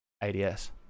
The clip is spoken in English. ADS